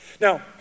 Now